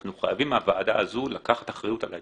אנחנו חייבים מהוועדה הזו לקחת אחריות על הילדים.